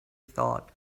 thought